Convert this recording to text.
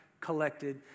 collected